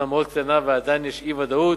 אומנם מאוד קטנה, ועדיין יש אי-ודאות,